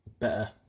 better